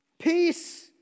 Peace